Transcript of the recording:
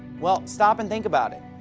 well, stop and think about it.